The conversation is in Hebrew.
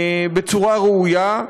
בצורה ראויה.